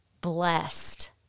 blessed